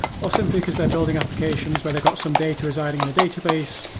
or simply because they're building applications where they got some data residing in a database.